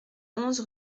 onze